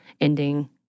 ending